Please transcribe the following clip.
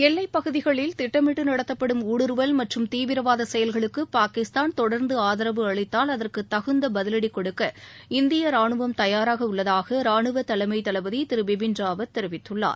எல்லைப் பகுதிகளில் திட்டமிட்டு நடத்தப்படும் ஊடுருவல் மற்றும் தீவிரவாத செயல்களுக்கு பாகிஸ்தான் தொடர்ந்து ஆதரவு அளித்தால் அதற்கு தகுந்த பதிவடி கொடுக்க இந்திய ராணுவம் தயாராக உள்ளதாக ராணுவ தலைமை தளபதி திரு பிபிள் ராவத் தெரிவித்துள்ளார்